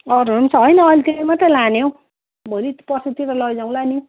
अरूहरू पनि छ होइन अहिले त्यति मात्रै लाने हौ भोलि पर्सीतिर लैजाउँला नि